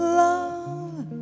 love